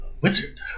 wizard